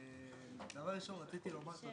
בבקשה.